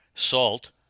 Salt